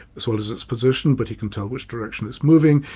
as well as its position, but he can tell which direction it's moving,